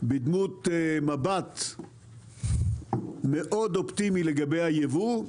בדמות מבט מאוד אופטימי לגבי היבוא,